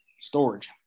Storage